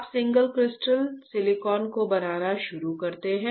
आप single crystal silicon को बनाना शुरू करते हैं